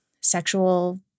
sexual